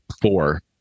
four